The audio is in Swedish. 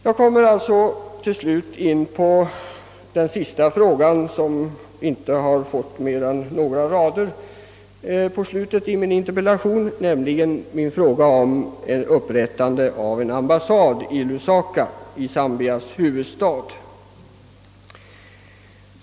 Jag vill också säga ett par ord om den sista frågan i min interpellation, vilken jag där bara omnämnt på några rader, nämligen frågan huruvida någon ambassad skulle komma att upprättas i Lusaka, Zambias huvudstad.